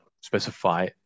specify